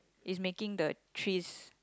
is making the trees